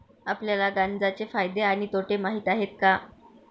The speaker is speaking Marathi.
आपल्याला गांजा चे फायदे आणि तोटे माहित आहेत का?